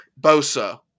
Bosa